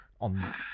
on